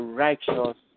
righteous